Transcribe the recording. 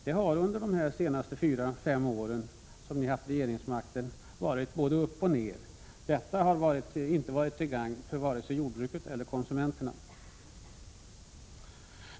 Den har under de senaste fyra fem åren, då ni har innehaft regeringsmakten, varit både upp och ner. Det har inte varit till gagn för vare sig jordbruket eller konsumenterna.